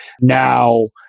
Now